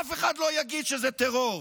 ואף אחד לא יגיד שזה טרור,